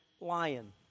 lion